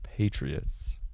Patriots